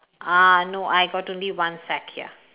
ah no I got only one sack here